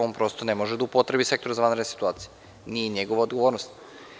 On prosto ne može da upotrebi Sektor za vanredne situacije, nije njegova odgovornost.